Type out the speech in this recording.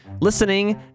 listening